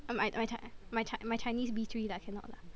um I my Chi~ my Chi~ my Chinese B three lah cannot lah